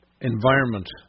environment